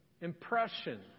impression